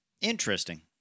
Interesting